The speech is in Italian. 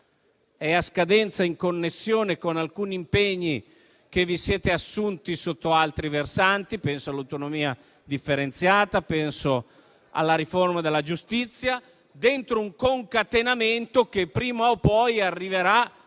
è a scadenza, in connessione con alcuni impegni che vi siete assunti sotto altri versanti. Penso all'autonomia differenziata, penso alla riforma della giustizia, dentro un concatenamento che prima o poi arriverà